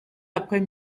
après